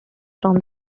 from